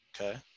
Okay